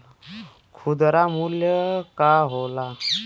खुदरा मूल्य का होला?